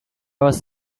was